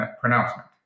pronouncement